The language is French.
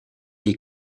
les